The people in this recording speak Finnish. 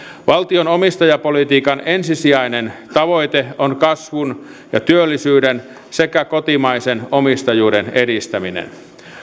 valtion omistajapolitiikan ensisijainen tavoite on kasvun ja työllisyyden sekä kotimaisen omistajuuden edistäminen